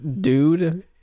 dude